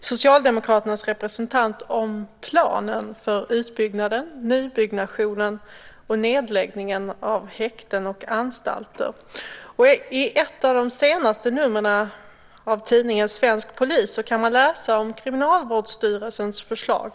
Socialdemokraternas representant om planen för utbyggnaden, nybyggnationen och nedläggningen av häkten och anstalter. I ett av de senaste numren av tidningen Svensk Polis kan man läsa om Kriminalvårdsstyrelsens förslag.